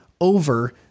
over